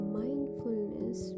mindfulness